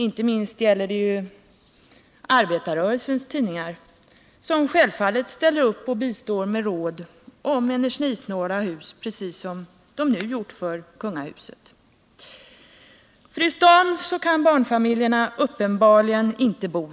Inte minst gäller det ju arbetarrörelsens tidningar, som självfallet ställer upp och bistår med råd om energisnåla hus, precis som de nu gjort för kungahuset. I staden kan barnfamiljerna uppenbarligen inte bo.